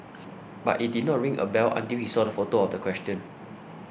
but it did not ring a bell until he saw the photo of the question